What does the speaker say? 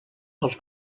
els